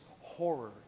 horror